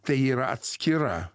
tai yra atskira